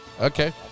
okay